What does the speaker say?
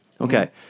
Okay